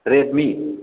Redmi